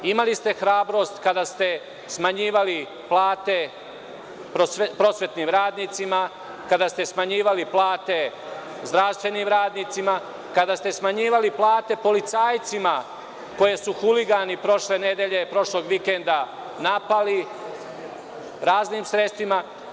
Imali ste hrabrost kada ste smanjivali plate prosvetnim radnicima, kada ste smanjivali plate zdravstvenim radnicima, kada ste smanjivali plate policajcima koje su huligani prošle nedelje, prošlog vikenda napali raznim sredstvima.